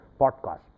podcast